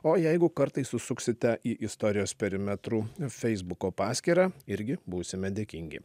o jeigu kartais užsuksite į istorijos perimetrų feisbuko paskyrą irgi būsime dėkingi